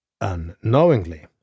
unknowingly